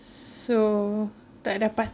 so tak dapat